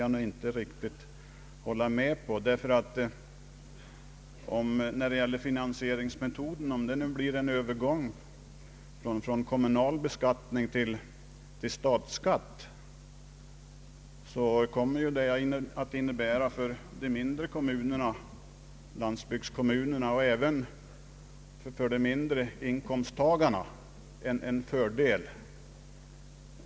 Jag vill inte riktigt hålla med honom om detta, ty om det nu när det gäller att täcka dessa kostnader, blir en övergång från kommunal till statlig beskattning kommer detta att innebära en fördel för de mindre kommunerna, landsbygdskommunerna och även för de lägre inkomsttagarna.